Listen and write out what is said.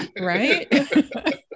Right